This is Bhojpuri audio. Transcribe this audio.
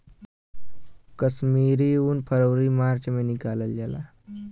कश्मीरी उन फरवरी मार्च में निकालल जाला